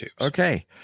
Okay